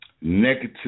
negative